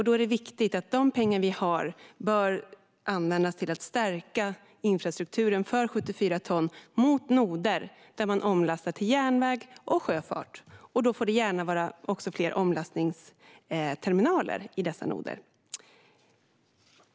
Då är det viktigt att de pengar vi har används till att stärka infrastrukturen för 74 tons lastbilar mot noder där man omlastar till järnväg och sjöfart, och då får det gärna också vara fler omlastningsterminaler i dessa noder.